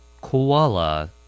Koala